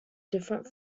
different